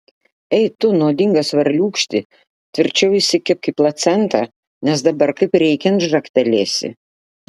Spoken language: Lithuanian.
ei tu nuodingas varliūkšti tvirčiau įsikibk į placentą nes dabar kaip reikiant žagtelėsi